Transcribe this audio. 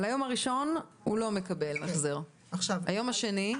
על היום הראשון הוא לא מקבל החזר, על היום השני?